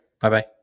bye-bye